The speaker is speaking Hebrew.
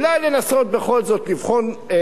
אולי לנסות בכל זאת לבחון,